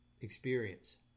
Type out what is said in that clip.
experience